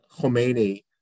Khomeini